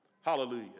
Hallelujah